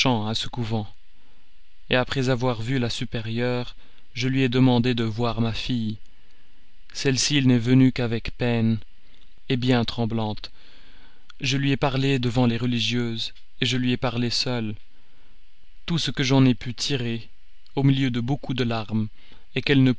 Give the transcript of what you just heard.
à ce couvent après avoir vu la supérieure je lui ai demandé de voir ma fille celle-ci n'est venue qu'avec peine bien tremblante je lui ai parlé devant les religieuses je lui ai parlé seule tout ce que j'en ai pu tirer au milieu de beaucoup de larmes est qu'elle ne